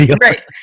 Right